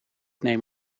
neem